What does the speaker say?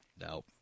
No